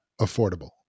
affordable